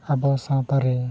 ᱟᱵᱚ ᱥᱟᱶᱛᱟ ᱨᱮ